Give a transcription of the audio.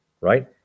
right